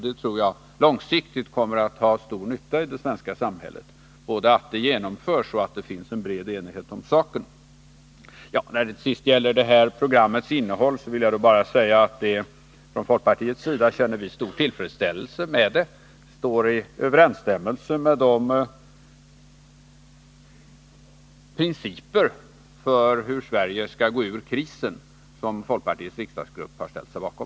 Jag tror att det långsiktigt kommer att göra stor nytta i det svenska samhället både att förslaget genomförs och att det finns en bred enighet om saken. Till sist vill jag bara säga att vi i folkpartiet känner stor tillfredsställelse över programmets innehåll. Det står i överensstämmelse med de principer för hur Sverige skall gå ur krisen som folkpartiets riksdagsgrupp har ställt sig bakom.